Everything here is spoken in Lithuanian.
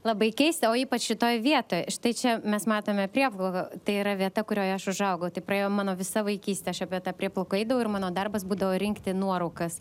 labai keista o ypač šitoj vietoj štai čia mes matome prieplauką tai yra vieta kurioje aš užaugau taip praėjo mano visa vaikystė aš apie tą prieplauką eidavau ir mano darbas būdavo rinkti nuorūkas